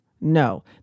No